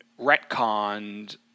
retconned